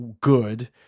good